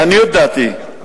לעניות דעתי,